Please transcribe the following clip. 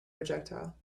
projectile